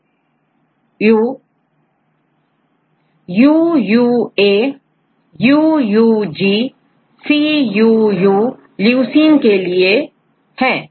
UUAUUG औरCUU leucine के लिए है